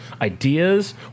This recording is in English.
ideas